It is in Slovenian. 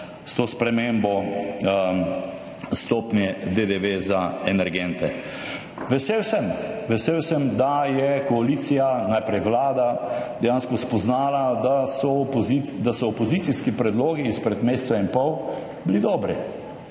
s to spremembo stopnje DDV za energente. Vesel sem, da je koalicija, najprej vlada, dejansko spoznala, da so bili opozicijski predlogi izpred meseca in pol dobri.